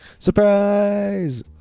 Surprise